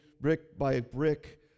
brick-by-brick